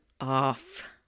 off